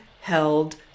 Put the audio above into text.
held